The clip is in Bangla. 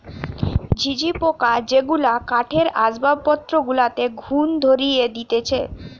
ঝিঝি পোকা যেগুলা কাঠের আসবাবপত্র গুলাতে ঘুন ধরিয়ে দিতেছে